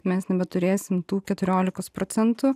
mes nebeturėsim tų keturiolikos procentų